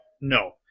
No